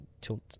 tilt